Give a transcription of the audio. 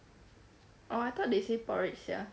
orh I thought they say porridge sia